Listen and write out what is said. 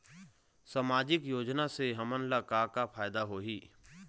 सामाजिक योजना से हमन ला का का फायदा होही?